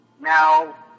Now